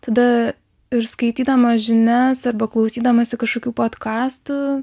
tada ir skaitydama žinias arba klausydamasi kažkokių podkastų